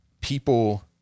people